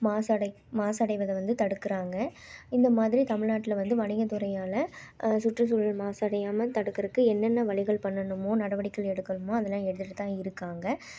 மாசு அடை மாசு அடைவதை வந்து தடுக்குறாங்க இந்த மாதிரி தமிழ்நாட்டில் வந்து வணிகத்துறையால் சுற்றுச்சூழல் மாசு அடையாமல் தடுக்குறக்கு என்னன்ன வழிகள் பண்ணனுமோ நடவடிக்கை எடுக்கனுமோ அதெலாம் எடுத்துகிட்டுதான் இருக்காங்க